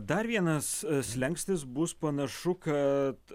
dar vienas slenkstis bus panašu kad